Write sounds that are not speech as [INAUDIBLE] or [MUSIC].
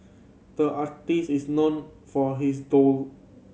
the artist is known for his [UNINTELLIGIBLE]